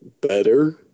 better